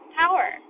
power